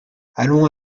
allons